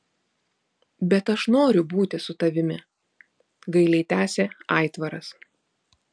bet aš noriu būti su tavimi gailiai tęsė aitvaras